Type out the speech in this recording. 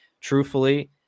truthfully